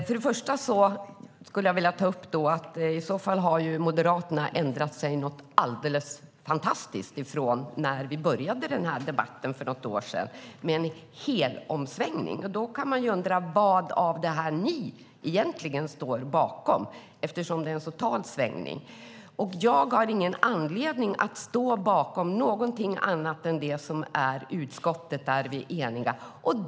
Fru talman! Jag skulle vilja ta upp att i så fall har Moderaterna ändrat sig något alldeles fantastiskt sedan vi började den här debatten för något år sedan. Det är en helomsvängning. Man kan ju undra vad av det här som ni egentligen står bakom, eftersom det är en total omsvängning. Jag har ingen anledning att stå bakom någonting annat än det som gäller utskottet. Där är vi eniga.